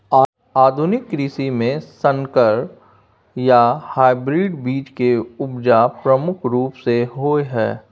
आधुनिक कृषि में संकर या हाइब्रिड बीज के उपजा प्रमुख रूप से होय हय